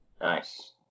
Nice